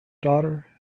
daughter